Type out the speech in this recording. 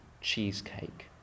cheesecake